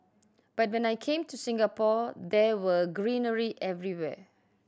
but when I came to Singapore there were greenery everywhere